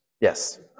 Yes